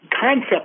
concept